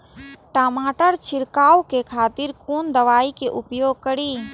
टमाटर छीरकाउ के खातिर कोन दवाई के उपयोग करी?